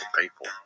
people